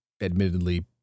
admittedly